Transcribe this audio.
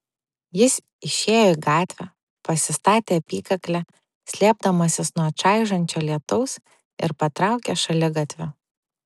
jis išėjo į gatvę pasistatė apykaklę slėpdamasis nuo čaižančio lietaus ir patraukė šaligatviu